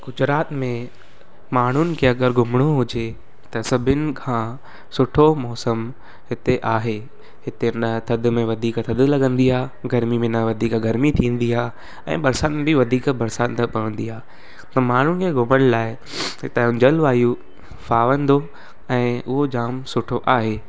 गुजरात में माण्हुनि खे अगरि घुमणो हुजे त सभिनि खां सुठो मौसमु हिते आहे हिते न थधि में वधीक थधि लॻंदी आहे गर्मी न वधीक गर्मी थींदी आहे ऐं बरसाति में बि वधीक बरसाति न पवंदी आहे त माण्हुनि खे घुमणु लाइ हितांजो जलवायू फावंदो ऐं उहो जाम सुठो आहे